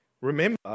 Remember